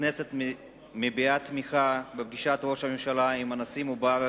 הכנסת מביעה תמיכה בפגישת ראש הממשלה עם הנשיא מובארק,